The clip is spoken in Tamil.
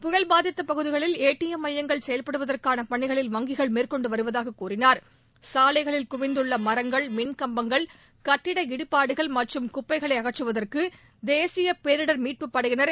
புயல் பாதித்த பகுதிகளில் ஏடிஎம் மையங்கள் செயல்படுவதற்கான பணிகளில் வங்கிகள் மேற்கொண்டு வருவதாக கூறினார் சாலைகளில் குவிந்துள்ள மரங்கள் மின்கம்பங்கள் கட்டிட இடிபாடுகள் மற்றும் குப்பைகளை அகற்றுவதற்கு தேசிய பேரிடர் மீட்பு படையினர்